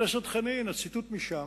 חנין, הציטוט משם,